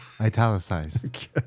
Italicized